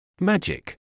Magic